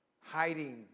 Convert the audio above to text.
hiding